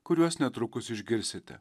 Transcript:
kuriuos netrukus išgirsite